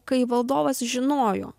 kai valdovas žinojo